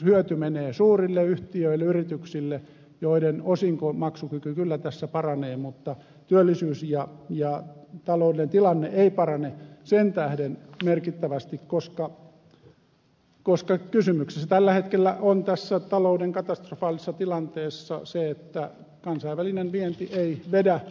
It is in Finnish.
hyöty menee suurille yhtiöille yrityksille joiden osingonmaksukyky kyllä tässä paranee mutta työllisyys ja taloudellinen tilanne eivät parane sen tähden merkittävästi koska kysymyksessä tällä hetkellä on tässä talouden katastrofaalisessa tilanteessa se että kansainvälinen vienti ei vedä